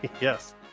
Yes